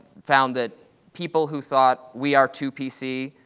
found that people who thought we are too p c,